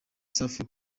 safi